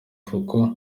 kuko